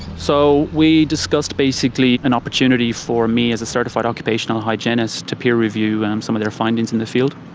so we discussed basically an opportunity for for me as a certified occupational hygienist to peer review and some of their findings in the field,